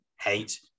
hate